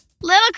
Little